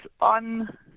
on